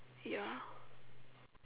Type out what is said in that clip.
ya